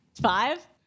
five